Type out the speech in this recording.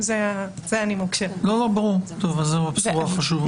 זו בשורה חשובה.